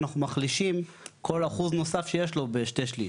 אנחנו מחלישים כל אחוז נוסף שיש לו בשני שליש.